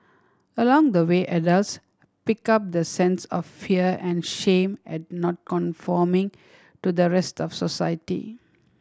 along the way adults pick up the sense of fear and shame at not conforming to the rest of society